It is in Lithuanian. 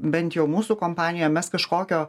bent jau mūsų kompanija mes kažkokio